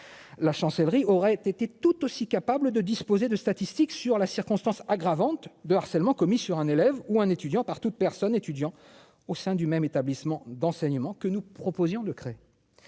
la chancellerie aurait été tout aussi capable de disposer de statistiques sur la circonstance aggravante de harcèlement commis sur un élève ou un étudiant par toute personne étudiants au sein du même établissement d'enseignement que nous proposions de créer